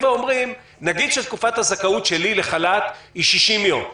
נגיד שתקופת הזכאות שלי לחל"ת היא 60 יום,